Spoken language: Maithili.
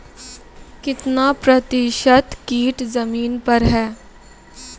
कितना प्रतिसत कीट जमीन पर हैं?